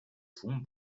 fum